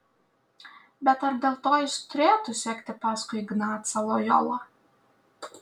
bet ar dėl to jis turėtų sekti paskui ignacą lojolą